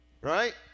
right